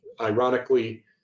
ironically